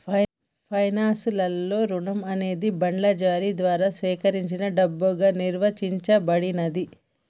finance లలో రుణం అనేది బాండ్ల జారీ ద్వారా సేకరించిన డబ్బుగా నిర్వచించబడినాది